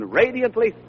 radiantly